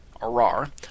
Arar